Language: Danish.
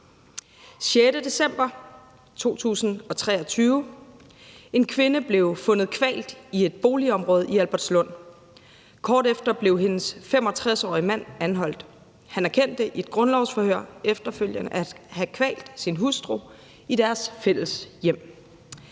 6. december 2023: En kvinde blev fundet kvalt i et boligområde i Albertslund. Kort efter blev hendes 65-årige mand anholdt. Han erkendte efterfølgende i et grundlovsforhør at have kvalt sin hustru i deres fælles hjem.